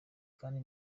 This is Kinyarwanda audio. kandi